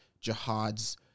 Jihad's